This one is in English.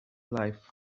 life